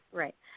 right